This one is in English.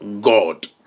God